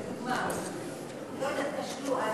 לדוגמה, לא יודעת, כשלו.